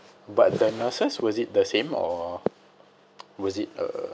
but the nurses was it the same or was it uh